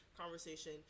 conversation